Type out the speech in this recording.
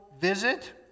visit